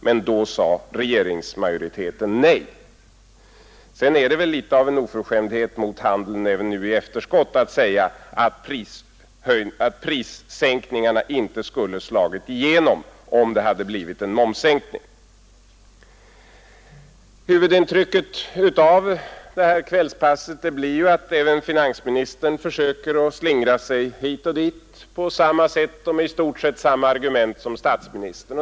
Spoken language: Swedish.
Men då sade regeringsmajoriteten nej. Sedan är det väl litet av en oförskämdhet mot handeln även nu i efterskott att säga, att prissänkningarna inte skulle ha slagit igenom, om det hade blivit en momssänkning. Huvudintrycket av detta kvällspass blir att även finansministern försöker slingra sig hit och dit på samma sätt och med i stort sett samma argument som statsministern.